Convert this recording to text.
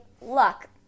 luck